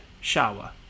shower